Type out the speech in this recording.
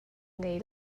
ngei